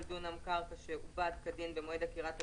דונם קרקע שעובד כדין במועד עקירת הגידול,